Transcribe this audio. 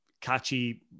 catchy